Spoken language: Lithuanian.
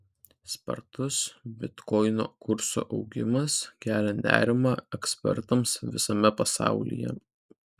spartus bitkoino kurso augimas kelia nerimą ekspertams visame pasaulyje